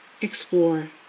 explore